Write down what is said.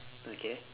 okay